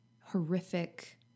horrific